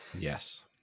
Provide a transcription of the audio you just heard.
Yes